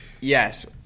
yes